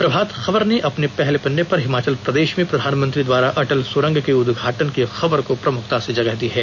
प्रभात खबर ने पहले पन्ने पर हिमाचल प्रदेश में प्रधानमंत्री द्वारा अटल सुरंग के उद्घाटन की खबर को प्रमुखता से जगह दी है